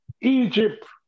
Egypt